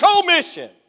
commission